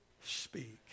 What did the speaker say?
speak